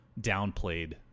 downplayed